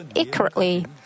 accurately